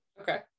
Okay